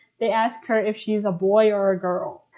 they ask her if she's a boy or a girl.